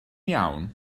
iawn